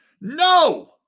No